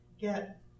get